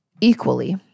equally